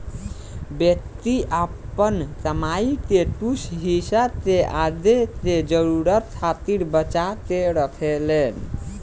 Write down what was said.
व्यक्ति आपन कमाई के कुछ हिस्सा के आगे के जरूरतन खातिर बचा के रखेलेन